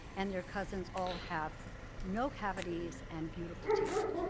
and their cousins all have no cavities and beautiful teeth.